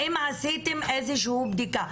האם עשיתם איזושהי בדיקה?